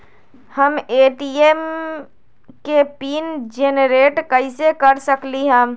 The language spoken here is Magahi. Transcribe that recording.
हम ए.टी.एम के पिन जेनेरेट कईसे कर सकली ह?